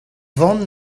vamm